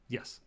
Yes